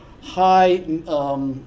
high